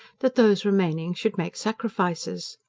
that those remaining should make sacrifices.